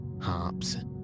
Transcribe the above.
harps